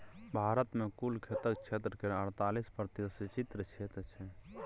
भारत मे कुल खेतक क्षेत्र केर अड़तालीस प्रतिशत सिंचित क्षेत्र छै